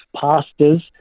pastors